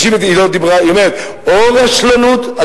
היא אומרת: או רשלנות,